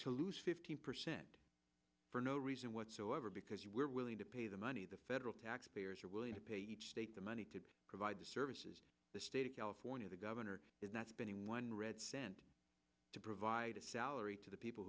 to lose fifty percent for no reason whatsoever because you're willing to pay the money the federal taxpayers are willing to pay each state the money to provide the services the state of california the governor is not spending one red cent to provide a salary to the people